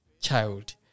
child